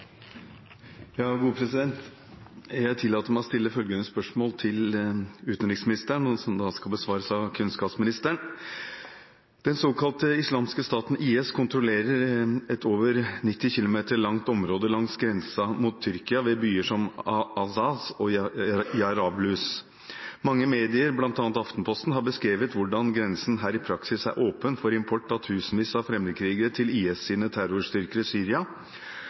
Jeg tillater meg å stille følgende spørsmål til utenriksministeren, men som da skal besvares av kunnskapsministeren: «Den såkalte islamske staten IS kontrollerer et ca. 90 km langt område langs grensen mot Tyrkia ved byer som Azaz og Jarablus. Mange medier, bl.a. Aftenposten, har beskrevet hvordan grensen her i praksis er åpen for import av tusenvis av fremmedkrigere til IS sine terrorstyrker i Syria,